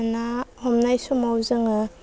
ना हमनाय समाव जोङो